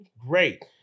Great